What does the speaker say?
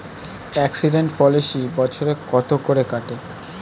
Accident policy বছরে কত করে কাটে?